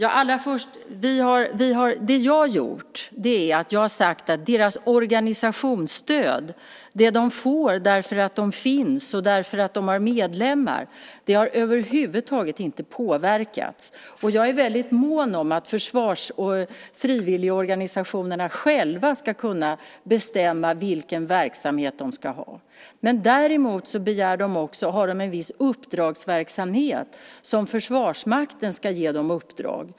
Allra först vill jag säga att det jag har gjort är att jag har sagt att deras organisationsstöd, det de får därför att de finns och har medlemmar, över huvud taget inte har påverkats. Jag är väldigt mån om att frivilligorganisationerna själva ska kunna bestämma vilken verksamhet de ska ha. Däremot har de också en viss uppdragsverksamhet. Försvarsmakten ska ge dem uppdrag.